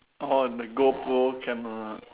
orh the Go Pro camera